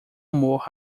humor